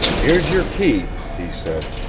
here's your key, he said.